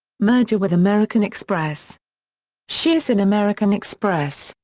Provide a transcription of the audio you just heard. merger with american express shearson american express,